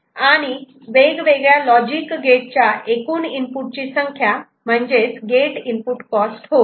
आणि वेगवेगळ्या logic gate च्या एकूण इनपुट ची संख्या म्हणजेच गेट इनपुट कॉस्ट होय